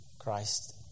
Christ